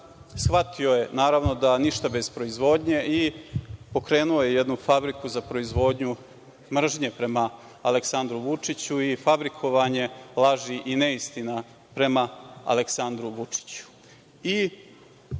shvatio je naravno da ništa bez proizvodnje i pokrenuo je jednu fabriku za proizvodnju mržnje prema Aleksandru Vučiću i fabrikovanje laži i neistina prema Aleksandru Vučiću.